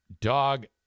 Dog